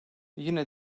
yine